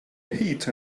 heat